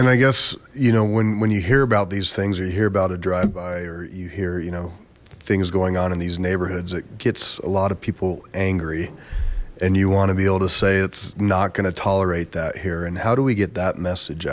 and i guess you know when when you hear about these things or you hear about a drive by or you here you know things going on in these neighborhoods it gets a lot of people angry and you want to be able to say it's not gonna tolerate that here and how do we get that message